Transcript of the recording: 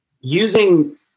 using